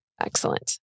Excellent